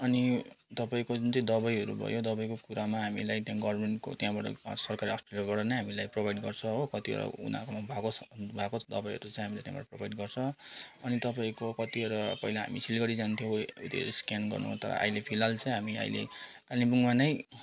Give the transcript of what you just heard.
अनि तपाईँको जुन चाहिँ दबाईहरू भयो दबाईको कुरामा हामीलाई त्यहाँ गभर्मेन्टको त्यहाँबाट हस्पिटलबाट नै हामीलाई प्रोभाइड गर्छ हो कति अब उनीहरूको भएको छ भएको दबाईहरू चाहिँ हामीलाई त्यहाँबाट प्रोभाइड गर्छ अनि तपाईँको कत्तिवटा पहिला हामी सिलगढी जान्थ्यौँ उत्यो स्क्यान गर्नु तर अहिले फिलहाल चाहिँ हामी अहिले कालेबुङमा नै